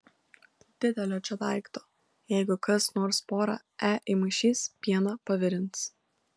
didelio čia daikto jeigu kas nors porą e įmaišys pieną pavirins